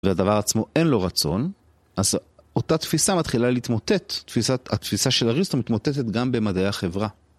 והדבר עצמו אין לו רצון, אז אותה תפיסה מתחילה להתמוטט. התפיסה של אריסטו מתמוטטת גם במדעי החברה.